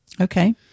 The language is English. Okay